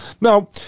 Now